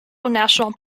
national